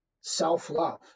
self-love